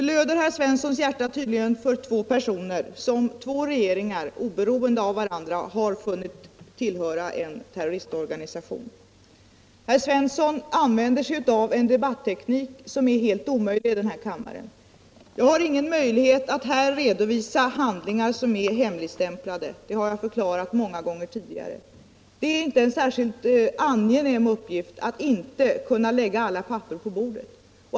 Herr Svenssons hjärta blöder tydligen för två personer som två olika regeringar, oberoende av varandra, har funnit tillhöra en terroristorganisation. Herr Svensson använder sig av en debatteknik som är helt omöjlig i den här kammaren. Jag har ingen möjlighet att här redovisa handlingar som är hemligstämpade — detta har jag förklarat många gånger tidigare. Det är inte någon särskilt angenäm uppgift att inte kunna lägga alla papper på bordet.